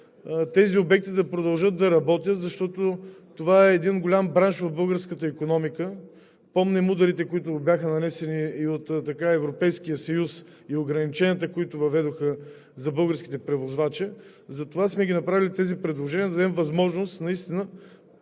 тези обекти да продължат да работят, защото това е един голям бранш в българската икономика. Помним ударите, които бяха нанесени от Европейския съюз, и ограниченията, които въведоха за българските превозвачи. Затова сме направили тези предложения, за да дадем възможност тази